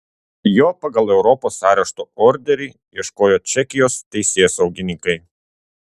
jo pagal europos arešto orderį ieškojo čekijos teisėsaugininkai